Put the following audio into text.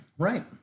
Right